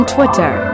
Twitter